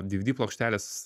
dividi plokštelės